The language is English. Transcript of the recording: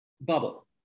bubble